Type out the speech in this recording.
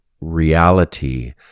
reality